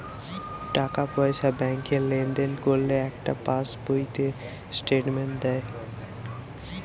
টাকা পয়সা ব্যাংকে লেনদেন করলে একটা পাশ বইতে স্টেটমেন্ট দেয়